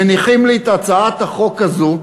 מניחים לי את הצעת החוק הזו,